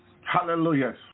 Hallelujah